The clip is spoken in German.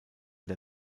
der